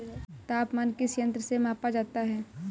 तापमान किस यंत्र से मापा जाता है?